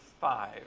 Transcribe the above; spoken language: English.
five